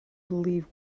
believe